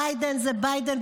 ביידן זה ביידן,